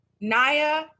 Naya